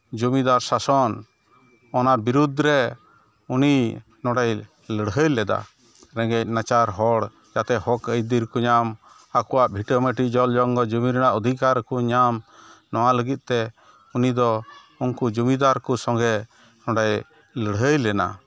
ᱡᱚᱢᱤᱫᱟᱨ ᱥᱟᱥᱚᱱ ᱚᱱᱟ ᱵᱤᱨᱩᱫᱷᱨᱮ ᱩᱱᱤ ᱱᱚᱰᱮᱭ ᱞᱟᱹᱲᱦᱟᱹᱭᱞᱮᱫᱟ ᱨᱮᱸᱜᱮᱡᱼᱱᱟᱪᱟᱨ ᱦᱚᱲ ᱡᱟᱛᱮ ᱦᱚᱠᱼᱟᱹᱭᱫᱟᱹᱨᱠᱚ ᱧᱟᱢ ᱟᱠᱚᱣᱟᱜ ᱵᱷᱤᱴᱟᱹᱢᱟᱹᱴᱤ ᱡᱚᱞᱡᱚᱝᱜᱚᱞ ᱡᱚᱢᱤ ᱨᱮᱱᱟᱜ ᱚᱫᱷᱤᱠᱟᱨᱠᱚ ᱧᱟᱢ ᱱᱚᱣᱟ ᱞᱟᱹᱜᱤᱫᱛᱮ ᱩᱱᱤᱫᱚ ᱩᱱᱠᱩ ᱡᱚᱢᱤᱫᱟᱨᱠᱚ ᱥᱚᱸᱜᱮ ᱚᱸᱰᱮᱭ ᱞᱟᱹᱲᱦᱟᱹᱭᱞᱮᱱᱟ